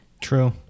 True